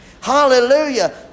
Hallelujah